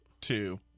two